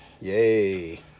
Yay